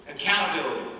accountability